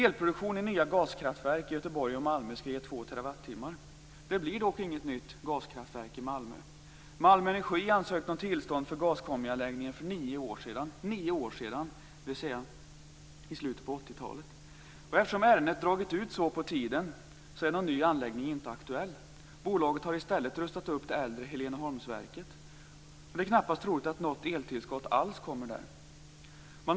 Malmö skall ge 2 TWh. Det blir dock inget nytt gaskraftverk i Malmö. Malmö Energi ansökte om tillstånd för gaskombianläggningen för nio år sedan, dvs. i slutet på 80-talet. Eftersom ärendet har dragit ut så på tiden är någon ny anläggning inte aktuell. Bolaget har i stället rustat upp det äldre Heleneholmsverket. Det är knappast troligt att det blir något eltillskott alls därifrån.